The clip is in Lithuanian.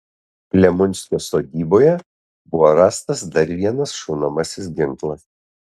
klemunskio sodyboje buvo rastas dar vienas šaunamasis ginklas